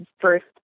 first